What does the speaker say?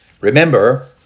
Remember